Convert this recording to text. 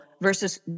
versus